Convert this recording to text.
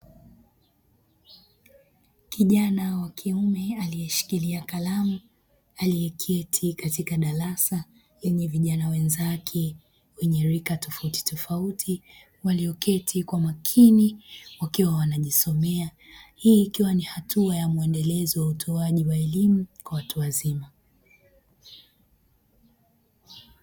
Kijana wa kiume aliyeshikiria kalamu aliyeketi katika darasa lenye vijana wenzake wenye rika tofautitofauti. Walioketi kwa makini wakiwa wanajisomea. Hii ikiwa ni hatua ya mwendelezo wa utoaji elimu kwa watu wazima.